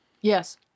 Yes